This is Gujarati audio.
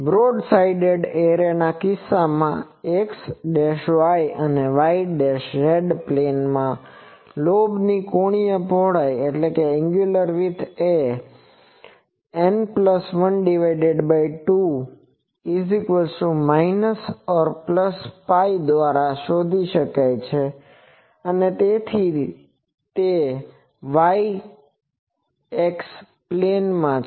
બ્રોડ સાઇડ એરેના કિસ્સામાં x y અને y z પ્લેનમાં લોબની કોણીય પહોળાઈ એ N12 ± Π દ્વારા શોધી શકાય છે અને તેથી તે x y પ્લેનમાં છે